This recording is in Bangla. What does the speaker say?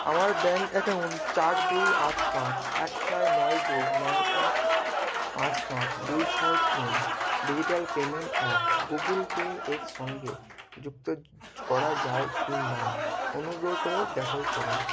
আমার ব্যাঙ্ক অ্যাকাউন্ট চার দুই আট পাঁচ এক ছয় নয় দুই নয় পাঁচ পাঁচ পাঁচ দুই ছয় তিন digital payment app Google Pay এর সঙ্গে যুক্ত করা যায় কি না অনুগ্রহ করে যাচাই করুন